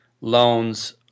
loans